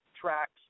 tracks